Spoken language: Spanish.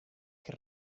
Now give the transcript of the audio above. que